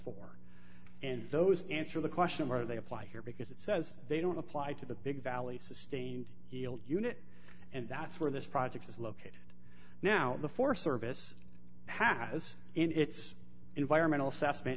four and those answer the question where they apply here because it says they don't apply to the big valley sustained unit and that's where this project is located now the forest service has in its environmental assessment